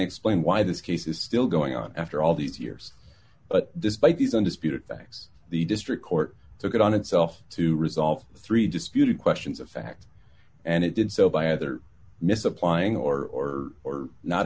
explain why this case is still going on after all these years but despite these undisputed facts the district court took it on itself to resolve three disputed questions of fact and it did so by either misapplying or or